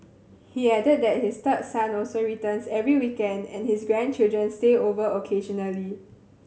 he added that his third son also returns every weekend and his grandchildren stay over occasionally